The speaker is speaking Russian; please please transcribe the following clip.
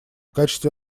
качестве